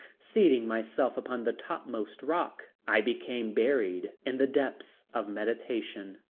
seating myself upon the topmost rock, i became buried in the depths of meditation,